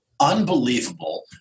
unbelievable